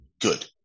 good